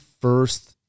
first